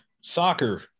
Soccer